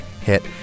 hit